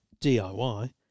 DIY